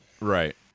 Right